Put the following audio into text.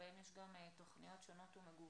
שבהם יש גם תוכניות שונות ומגוונות,